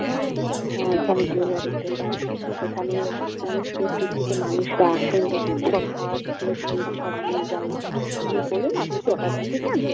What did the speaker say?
হ্যাঁ হ্যাঁ হ্যাঁ এখানে জুয়েলারির দোকান এখানে অনেক দূর দূর থেকে মানুষরা আসেন সব হার সব নিয়ে যান আপনি বলুন আপনি কি অর্ডার দিতে চান